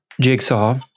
Jigsaw